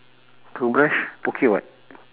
toothbrush okay [what]